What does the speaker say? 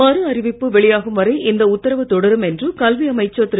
மறு அறிவிப்பு வெளியாகும் வரை இந்த உத்தரவு தொடரும் என்று கல்வி அமைச்சர் திரு